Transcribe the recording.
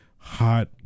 Hot